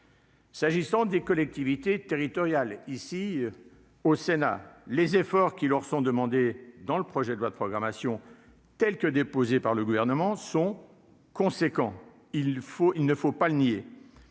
S'agissant des collectivités territoriales, ici au Sénat, les efforts qui leur sont demandées dans le projet de loi de programmation telle que déposée par le gouvernement sont conséquents, il faut, il ne faut pas le nier,